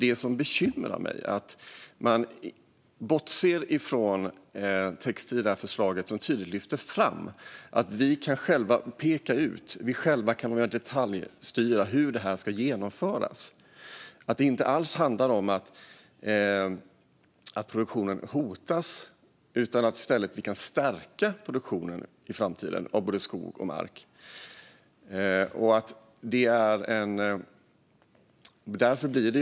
Det som bekymrar mig är att man bortser från texter i det här förslaget som tydligt lyfter fram att vi själva kan peka ut och detaljstyra hur detta ska genomföras. Det handlar inte alls om att produktionen hotas, utan vi kan i stället stärka produktionen i skog och på jordbruksmark i framtiden.